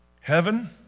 Heaven